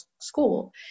school